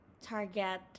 target